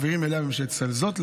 זאת,